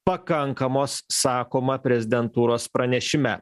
pakankamos sakoma prezidentūros pranešime